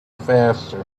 faster